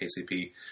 KCP